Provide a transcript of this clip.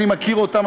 אני מכיר אותם,